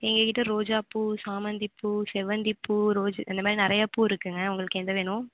எங்கள் கிட்ட ரோஜா பூ சாமந்தி பூ செவ்வந்தி பூ ரோஜ் இந்த மாதிரி நிறைய பூ இருக்குங்க உங்களுக்கு எது வேணும்